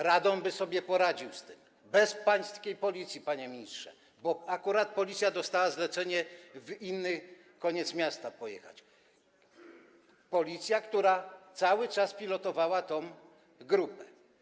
Radom by sobie poradził z tym bez pańskiej Policji, panie ministrze, bo akurat Policja dostała zlecenie, żeby pojechać w inny koniec miasta, ta Policja, która cały czas pilotowała tę grupę.